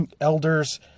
elders